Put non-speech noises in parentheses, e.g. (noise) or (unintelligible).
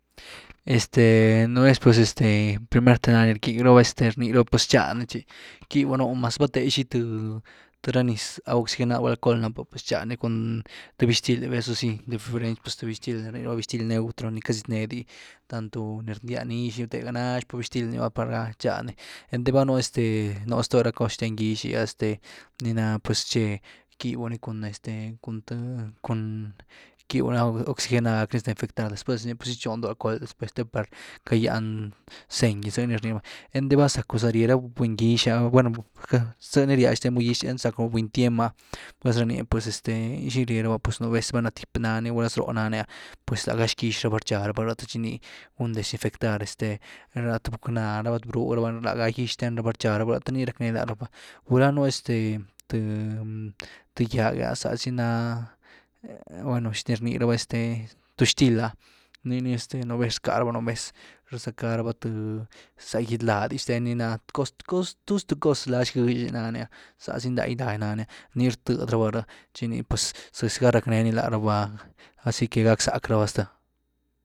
Este nú vezs pues este primer’te ni rgýb raba, rny raba pues tchadny tchi kybyu noh, mas val the xi th ra niz agua oxigenad gulá alcohol nápu, pues txad ni cun th bixtil, eso si de preferencia th bixtil ni rnii raba bixtil neutro ni quiety zietnee di tanto ni rndya nix ni, thega, nax pa bixtil ni va, par txhad ny, einty val nú este nú stoo ra cos xten gýx áh este niná por tche, ckybyw bi cun este cun th cun quibyw noh cun agua oxigenad latdyz na infectad. Chi después de ni ps gytxooni doh alcochol este par quiety gýan zëny gi, zy ni rny raba, einty val zacku zar ye ra buny gix, bueno (unintelligible) zëh ni ryad xten ra buny gix, einty zacku buny tiem’ah pues ra ni pues este (hesitation) xi rye raba pues nu ves valna tip naa ni gulá zroo nani’ah pues lága xkyx rabá rchaa raba ni, the tchi ni gun desinfectar este lat gucknaa raba lat bruug raba, lagá gyx xthen raba rcha rabani, ráthe ni rack nee la raba, gulá nú este th (hesitation) gýab’e zazy ná, (hesitation) bueno, (unintelligible) ni rnii raba este tub-xtil ah nii ni este nú vez rckaa raba nú vez rzacka raba th za gyd lady xten ni na th coz- th coz, tuzy th coz lazgëxy nani, zazy nday lady naa ni, nii rtëdy rabá rh tchi ni pues zëzy ga rack nee ni láh raba ahora si que gackzack rabá ztë.